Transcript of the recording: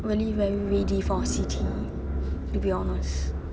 really very ready for C_T to be honest